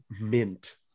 Mint